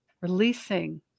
releasing